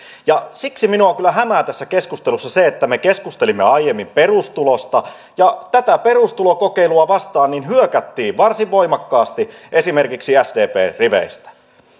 siksi minua kyllä hämää tässä keskustelussa se että kun me keskustelimme aiemmin perustulosta tätä perustulokokeilua vastaan hyökättiin varsin voimakkaasti esimerkiksi sdpn riveistä